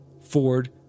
Ford